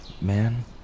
man